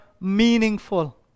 meaningful